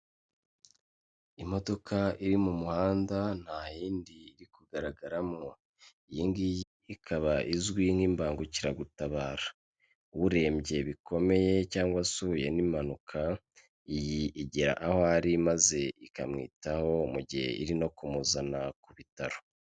Imodoka iri mu muhanda ntayindi iri kugaragaramo. Iyi ngiyi ikaba izwi nk'ibangukiragutabara. Urembye bikomeye cyangwa se uhuye n'impanuka, iyi ijya aho ari maze ikamwitaho, mu gihe iri no kumuzana ku bitaro.